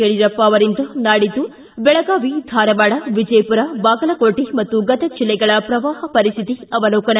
ಯಡಿಯೂರಪ್ಪ ಅವರಿಂದ ನಾಡಿದ್ದು ಬೆಳಗಾವಿ ಧಾರವಾಡ ವಿಜಯಪುರ ಬಾಗಲಕೋಟೆ ಹಾಗೂ ಗದಗ್ ಜಿಲ್ಲೆಗಳ ಪ್ರವಾಹ ಪರಿಸ್ವಿತಿ ಅವಲೋಕನ